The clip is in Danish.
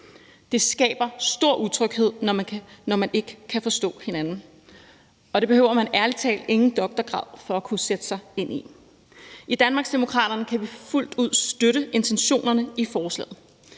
Det skaber stor utryghed, når man ikke kan forstå hinanden, og det behøver man ærlig talt ingen doktorgrad for at kunne sætte sig ind i. I Danmarksdemokraterne kan vi fuldt ud støtte intentionerne i forslaget.